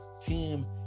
Team